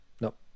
Nope